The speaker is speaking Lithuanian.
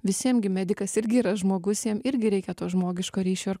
vis vien gi medikas irgi yra žmogus jam irgi reikia to žmogiško ryšio